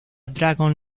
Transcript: dragon